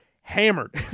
hammered